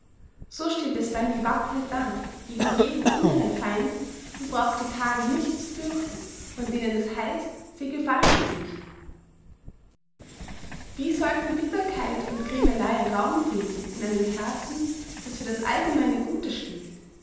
so steht es dann gewappnet da gegen jeden inneren feind und braucht die tage nicht zu fürchten von denen es heißt sie gefallen uns nicht wie sollten bitterkeit und grämelei raum finden in einem herzen das für das allgemeine gute schlägt